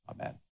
Amen